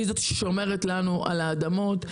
היא זאת ששומרת לנו על האדמות,